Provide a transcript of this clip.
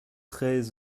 très